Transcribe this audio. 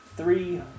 Three